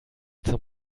zum